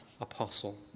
apostle